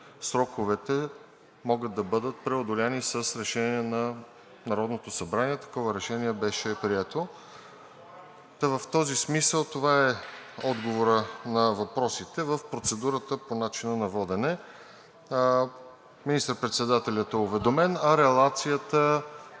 сроковете могат да бъдат преодолени с Решение на Народното събрание. Такова решение беше прието. В този смисъл това е отговорът на въпросите в процедурата по начина на водене. Министър-председателят е уведомен, а релацията,